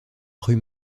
rue